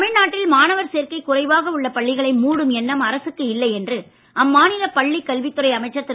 தமிழ்நாட்டில் மாணவர் சேர்க்கை குறைவாக உள்ள பள்ளிகளை மூடும் எண்ணம் அரசுக்கு இல்லை என்று அம்மாநில பள்ளி கல்வித் துறை அமைச்சர் திரு